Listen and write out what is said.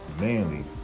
manly